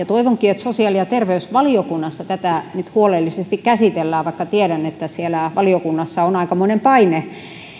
toivonkin että sosiaali ja terveysvaliokunnassa tätä nyt huolellisesti käsitellään vaikka tiedän että siellä valiokunnassa on aikamoinen paine